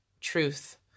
truth